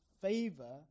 favor